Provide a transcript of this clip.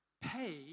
pay